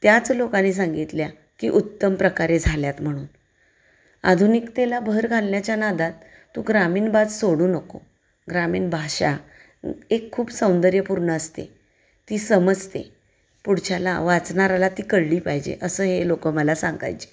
त्याच लोकांनी सांगितल्या की उत्तम प्रकारे झाल्यात म्हणून आधुनिकतेला भर घालण्याच्या नादात तू ग्रामीण बाज सोडू नको ग्रामीण भाषा एक खूप सौंदर्यपूर्ण असते ती समजते पुढच्याला वाचनाऱ्याला ती कळली पाहिजे असं हे लोकं मला सांगायचे